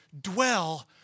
dwell